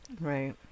Right